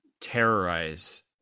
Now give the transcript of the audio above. terrorize